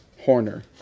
Horner